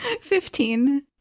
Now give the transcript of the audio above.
Fifteen